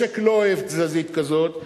משק לא אוהב תזזית כזאת,